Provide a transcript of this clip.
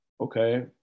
okay